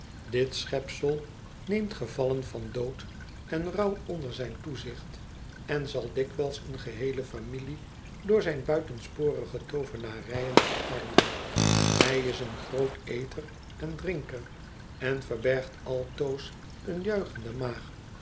dit schepsel neemt gevallen van dood en rouw onder zijn toezicht en zal dikwijls een geheelc familie door zijn buitensporige toovenarijen verarmen hij is een groot eter en drinker en verbergt altoos een juichende maag